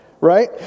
Right